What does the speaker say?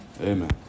Amen